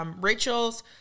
Rachel's